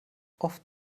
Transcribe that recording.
oft